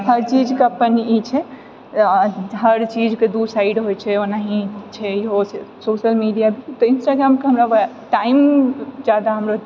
हर चीजके अपन ई छै हर चीजके दु साइड होइत छै ओहिनाही छै इहो सोशल मीडिया तऽ इन्स्टाग्रामके हमरा बड़ा टाइम जादा हमरा